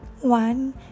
One